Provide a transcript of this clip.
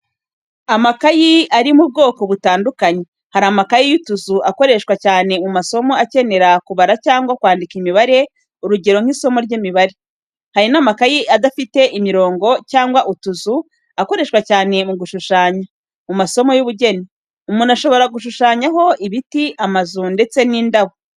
Amakayi ari mu bwoko butandukanye, hari amakayi y'utuzu akoreshwa cyane mu masomo akenera kubara cyangwa kwandika imibare, urugero nk'isomo ry'imibare. Hari n'amakayi adafite imirongo cyangwa utuzu, akoreshwa cyane mu gushushanya, mu masomo y'ubugeni. Umuntu ashobora gushushanyaho ibiti, amazu ndetse n'indabo.